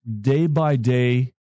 day-by-day